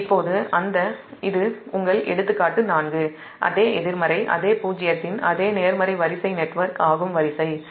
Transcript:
இப்போது இது உங்கள் எடுத்துக்காட்டு 4 அதே எதிர்மறை அதே பூஜ்ஜியத்தின் அதே நேர்மறை வரிசை நெட்வொர்க் வரிசை ஆகும்